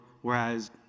Whereas